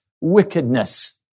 wickedness